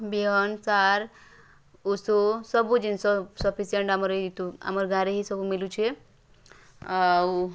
ବିହନ୍ ସାର୍ ଉଷୁ ସବୁଜିନିଷ ସଫିସେଣ୍ଟ୍ ଆମର୍ ଇତୁ ଆମର୍ ଗାଁରେ ହି ସବୁ ମିଲୁଛେ ଆଉ